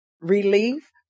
Relief